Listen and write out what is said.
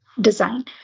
design